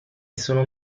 sono